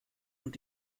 und